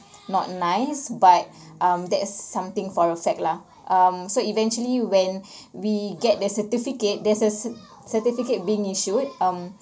not nice but um that's something for a fact lah um so eventually when we get the certificate there's a cer~ certificate being issued um